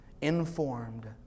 informed